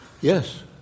Yes